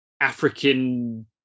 African